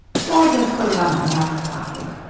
so i just put it on the next pocket.